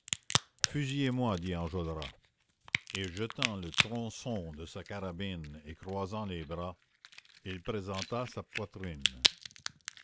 fusillez moi dit enjolras et jetant le tronçon de sa carabine et croisant les bras il présenta sa poitrine